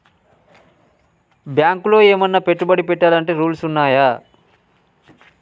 బ్యాంకులో ఏమన్నా పెట్టుబడి పెట్టాలంటే రూల్స్ ఉన్నయా?